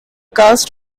cast